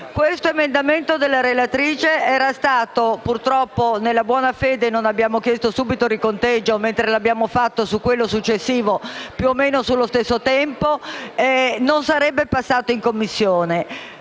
L'emendamento della relatrice - purtroppo nella buona fede non abbiamo chiesto subito il riconteggio, mentre lo abbiamo fatto su quello successivo più o meno sullo stesso tema - non sarebbe passato in Commissione.